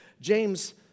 James